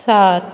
सात